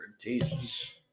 jesus